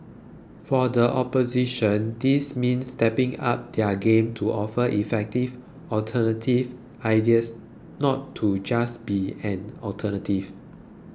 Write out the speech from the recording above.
for the opposition this means stepping up their game to offer effective alternative ideas not to just be an alternative